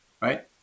right